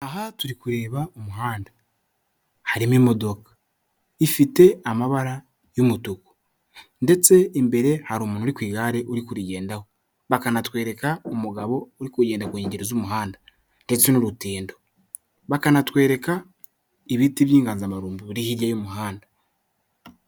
Aha turi kureba umuhanda, harimo imodoka ifite amabara y'umutuku, ndetse imbere hari umuntu uri ku igare uri kurigendaho, bakanatwereka umugabo uri kugenda ku nkengero z'umuhanda, ndetse n'urutindo, bakanatwereka ibiti by'inganzamarumbu biri hirya y'umuhanda.